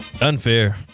Unfair